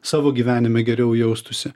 savo gyvenime geriau jaustųsi